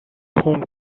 home